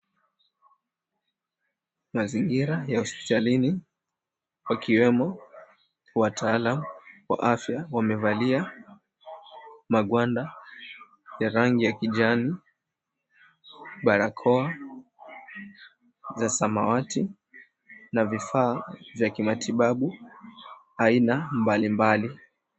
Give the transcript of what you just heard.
Mazingira ya hospitalini wakiwemo wataalam wa afya wamevalia magwanda ya rangi ya kijani barakoa za samawati na vifaa vya kimatibabu aina mbalimbali.